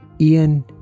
Ian